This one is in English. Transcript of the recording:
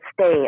stay